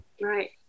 Right